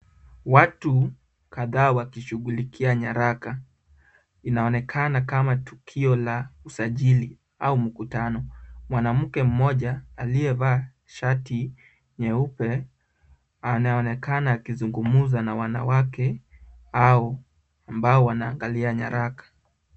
Watu kadhaa wakishughulikia nyaraka. Inaonekana kama tukio la usajili au mkutano. Mwanamke mmoja aliyevaa shati nyeupe anaonekana akizungumza na wanawake au ambao wanaangalia nyaraka.